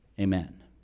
Amen